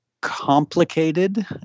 complicated